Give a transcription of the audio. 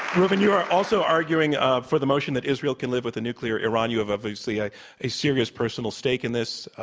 reuven, you are also arguing ah for the motion that israel can live with a nuclear iran. you have obviously a a serious personal stake in this,